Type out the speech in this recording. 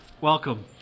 welcome